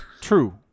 True